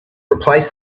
replace